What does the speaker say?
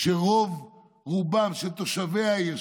כשרוב-רובם של תושבי העיר,